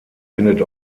findet